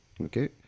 Okay